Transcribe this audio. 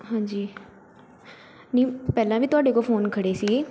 ਹਾਂਜੀ ਨਹੀਂ ਪਹਿਲਾਂ ਵੀ ਤੁਹਾਡੇ ਕੋਲ ਫ਼ੋਨ ਖੜੇ ਸੀਗੇ